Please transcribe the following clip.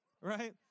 right